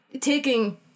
taking